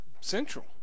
Central